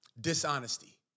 dishonesty